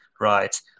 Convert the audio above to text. right